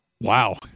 Wow